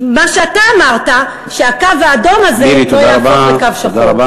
מה שאתה אמרת, שהקו האדום הזה לא יהפוך לקו שחור.